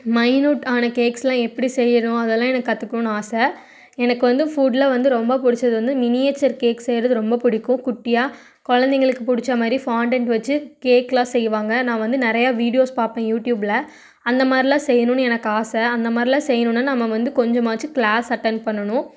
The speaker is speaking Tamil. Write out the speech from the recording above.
மைனுட் ஆன கேக்ஸ்லாம் எப்படி செய்யறோம் அதெல்லாம் எனக்கு கற்றுக்கணுன் ஆசை எனக்கு வந்து ஃபுட்டில் வந்து ரொம்ப பிடிச்சது வந்து மினியேச்சர் கேக்ஸ் செய்யறது ரொம்ப பிடிக்கும் குட்டியாக குழந்தைங்களுக்கு பிடிச்ச மாதிரி ஃபாண்டண்ட் வச்சி கேக்லாம் செய்வாங்க நான் வந்து நிறையா வீடியோஸ் பார்ப்பேன் யூடியூப்பில் அந்த மாதிரிலாம் செய்யணுன்னு எனக்கு ஆசை அந்த மாதிரிலாம் செய்யணுன்னா நம்ம வந்து கொஞ்சமாச்சு கிளாஸ் அட்டென்ட் பண்ணனும்